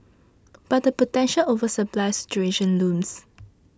but a potential oversupply situation looms